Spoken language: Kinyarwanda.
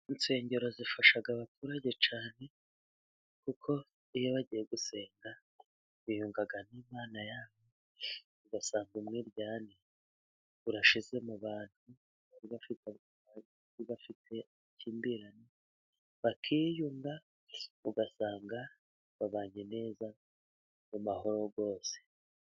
Insengero zifasha abaturage cyane kuko iyo bagiye gusenga biyunga n'Imana yabo, ugasanga umwiryane urashize mu bantu badafite amakimbirane bakiyunga, ugasanga babanye neza mu mahoro rwose.